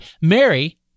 Mary